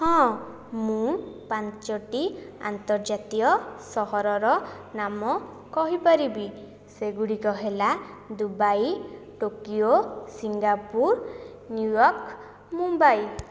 ହଁ ମୁଁ ପାଞ୍ଚଟି ଆନ୍ତର୍ଜାତୀୟ ସହରର ନାମ କହିପାରିବି ସେଗୁଡ଼ିକ ହେଲା Dubai Tokyo Singapore New York Mumbai